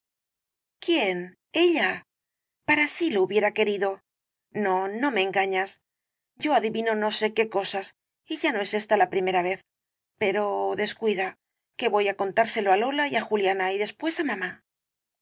quién ella para sí lo hubiera querido no no me engañas yo adivino no se qué cosas y ya no es esta la primera vez pero descuida que voy á contárselo á lola y á juliana y después á mamá no